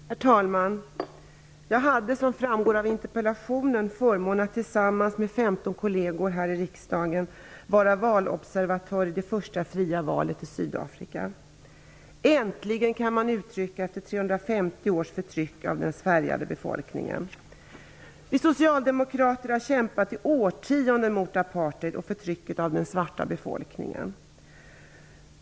Herr talman! Jag hade, som framgår av interpellationen, förmånen att tillsammans med 15 kolleger här i riksdagen vara valobservatör i det första fria valet i Sydafrika, som äntligen har kommit till stånd, efter 350 års förtryck av den färgade befolkningen. Vi socialdemokrater har i årtionenden kämpat mot apartheid och förtrycket av den svarta befolkningen.